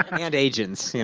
and agents. yeah